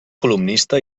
columnista